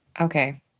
Okay